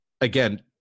again